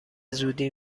زودی